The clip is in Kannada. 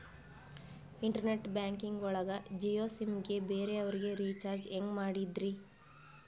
ಇಂಟರ್ನೆಟ್ ಬ್ಯಾಂಕಿಂಗ್ ಒಳಗ ಜಿಯೋ ಸಿಮ್ ಗೆ ಬೇರೆ ಅವರಿಗೆ ರೀಚಾರ್ಜ್ ಹೆಂಗ್ ಮಾಡಿದ್ರಿ?